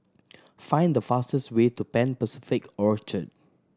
find the fastest way to Pan Pacific Orchard